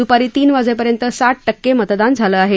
दुपारी तीन वाजेपर्यंत साठ टक्के मतदान झालं आहे